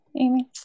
Amy